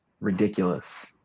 ridiculous